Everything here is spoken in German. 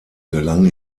gelang